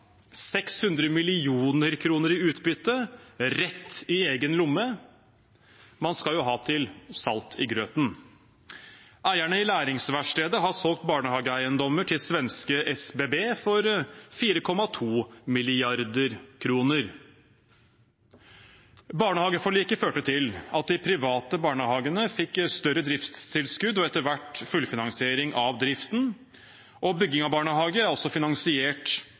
600 mill. kr i utbytte rett i egen lomme. Man skal jo ha til salt i grøten. Eierne i Læringsverkstedet har solgt barnehageeiendommer til svenske SBB for 4,2 mrd. kr. Barnehageforliket førte til at de private barnehagene fikk større driftstilskudd og etter hvert fullfinansiering av driften og bygging av barnehage også finansiert